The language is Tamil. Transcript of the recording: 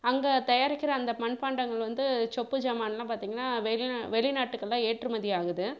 அங்கே தயாரிக்கிற அந்த மண்பாண்டங்கள் வந்து சொப்பு சாமானெலாம் பார்த்தீங்கன்னா வெளி வெளிநாட்டுக்கெலாம் ஏற்றுமதி ஆகுது